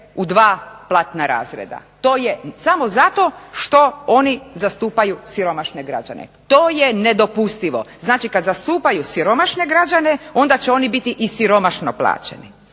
u dva platna razreda? To je samo zato što oni zastupaju siromašne građane. To je nedopustivo. Znači kad zastupaju siromašne građane onda će oni biti i siromašno plaćeni.